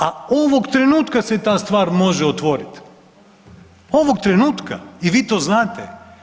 A ovog trenutka se ta stvar može otvoriti, ovoga trenutka i vi to znate.